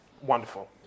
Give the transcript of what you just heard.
wonderful